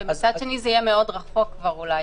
מצד שני, זה יהיה כבר רחוק מאוד.